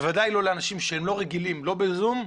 בוודאי לא לאנשים שהם לא רגילים לא ב"זום"